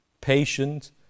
patient